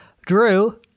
Drew